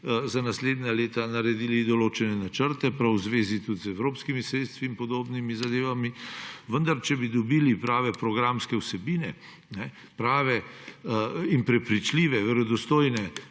za naslednja leta naredili določene načrte prav v zvezi tudi z evropskimi sredstvi in podobnimi zadevami, vendar če bi dobili prave programske vsebine, prave in prepričljive, verodostojne